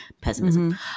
Pessimism